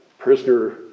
Prisoner